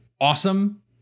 awesome